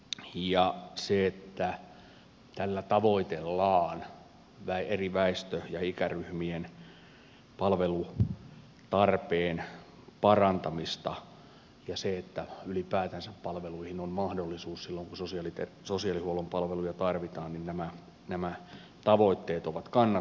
se että tällä tavoitellaan eri väestö ja ikäryhmien palvelutarpeen parantamista ja se että ylipäätänsä palveluihin on mahdollisuus silloin kun sosiaalihuollon palveluja tarvitaan ovat kannatettavia tavoitteita